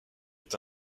est